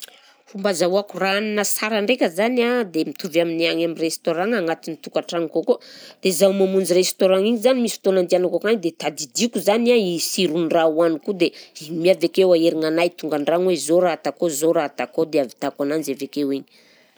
Fomba ahazahoako raha hanina sara ndraika zany a dia mitovy amin'ny any amin'ny restaurant-gna agnatin'ny tokantragnoko akao, dia zaho mamonjy restaurant-gna iny zany misy fotoana andehanako akagny dia tadidiko zany a i siron'ny raha hohaniko io dia iny mi avy akeo aherignanahy tonga an-dragno hoe zaho raha taoko eo, zao raha taoko eo dia ahavitako ananjy avy akeo igny..